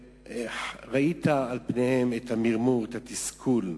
ראית על פניהם את המרמור והתסכול.